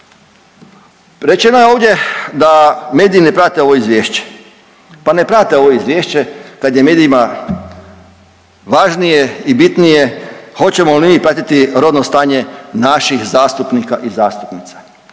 Rečeno je ovdje da mediji ne prate ovo izvješće, pa ne prate ovo izvješće kad je medijima važnije i bitnije hoćemo li mi pratiti rodno stanje naših zastupnika i zastupnica,